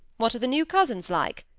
what are the new cousins like?